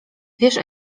wiesz